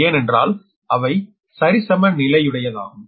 ஏனென்றால் அவை சரிசமநிலையுடையதகும்